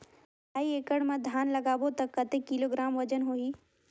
ढाई एकड़ मे धान लगाबो त कतेक किलोग्राम वजन होही?